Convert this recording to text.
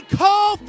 call